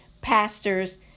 pastors